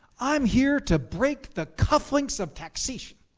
i'm here to break the cuff links of taxation.